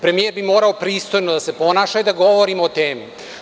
Premijer bi morao pristojno da se ponaša i da govori o temi.